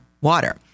water